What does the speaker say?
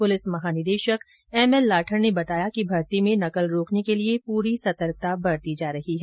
police महानिदेशक M L Lathar ने बताया कि भर्ती में नकल रोकने के लिए पूरी सतर्कता बरती जा रही है